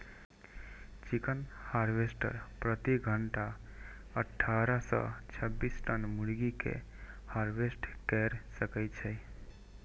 chicken harvester प्रति घंटा अट्ठारह सं छब्बीस टन मुर्गी कें हार्वेस्ट कैर सकै छै